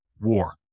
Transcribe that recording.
war